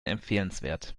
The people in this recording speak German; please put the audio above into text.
empfehlenswert